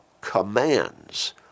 commands